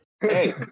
Hey